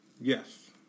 Yes